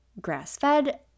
grass-fed